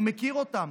אני מכיר אותם,